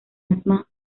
asma